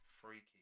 Freaky